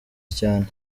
cyane